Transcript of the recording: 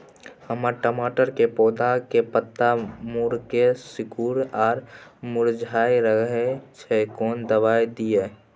हमर टमाटर के पौधा के पत्ता मुड़के सिकुर आर मुरझाय रहै छै, कोन दबाय दिये?